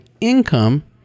income